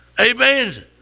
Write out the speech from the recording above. Amen